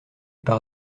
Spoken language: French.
par